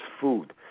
food